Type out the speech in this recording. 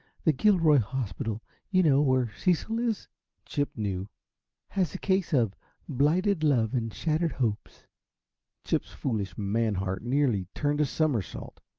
the gilroy hospital you know, where cecil is chip knew has a case of blighted love and shattered hopes chip's foolish, man-heart nearly turned a somersault.